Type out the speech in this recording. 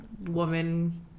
woman